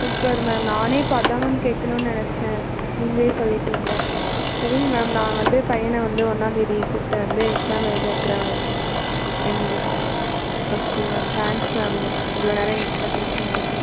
super ma'am நானே இப்போ அதான் மேம் கேட்கணும்னு நினச்சேன் நீங்களே சொல்லிட்டீங்கள் சரிங்க மேம் நான் வந்து பையனை வந்து ஒன்றாந்தேதி கூப்பிட்டு வந்து எக்ஸாம் எழுத வைக்கிறேன் மேம் எங்கள் ஓகே மேம் தேங்க்ஸ் மேம் இவ்வளோ நேரம் எங்ககிட்ட பேசுனதுக்கு